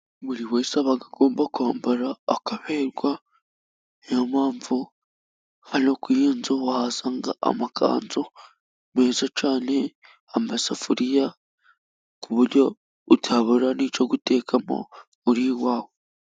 Buri wese aba agomba kwambara akabekwa .Niyo mpamvu hano kuri iyi nzu wahasanga amakanzu meza cyane ,amasafuriya ,ku buryo utabura n'icyo gutekamo uri wawe.